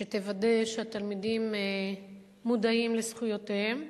שתוודא שהתלמידים מודעים לזכויותיהם,